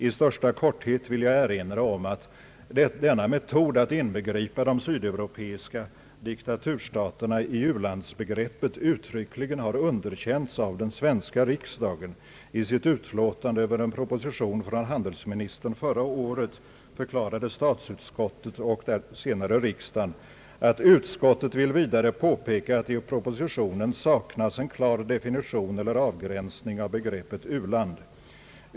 I största korthet vill jag erinra om att metoden att inbegripa de sydeuropeiska diktaturstaterna i u-landsbegreppet uttryckligen har underkänts av den svenska riksdagen. I ett utlåtande över en proposition från handelsministern förra året förklarade statsutskottet — en förklaring som senare antogs av riksdagen — att utskottet »vill vidare påpeka att det i propositionen saknas en klar definition eller avgränsning av begreppet u-land.